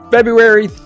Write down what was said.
February